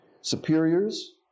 Superiors